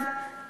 כמו שהם רגילים.